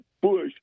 bush